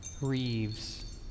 Reeves